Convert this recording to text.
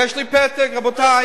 יש לי פתק, רבותי.